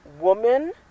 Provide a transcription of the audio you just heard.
woman